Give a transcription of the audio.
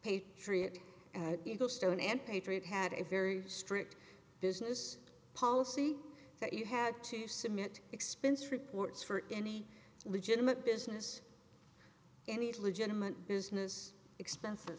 patriot you know stone and patriot had a very strict business policy that you had to submit expense reports for any legitimate business any legitimate business expens